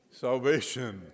Salvation